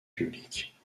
publique